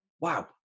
Wow